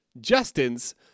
Justin's